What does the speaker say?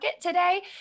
today